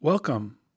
Welcome